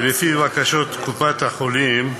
ולפי בקשת קופות-החולים,